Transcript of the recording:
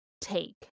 take